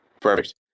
perfect